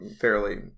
fairly